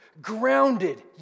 grounded